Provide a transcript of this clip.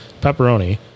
pepperoni